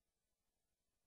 האזרחים.